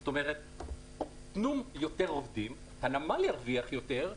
אז תנו יותר עובדים, הנמל ירוויח יותר,